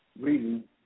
reading